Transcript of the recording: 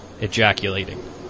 ejaculating